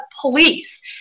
police